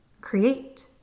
create